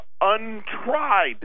untried